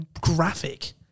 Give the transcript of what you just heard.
graphic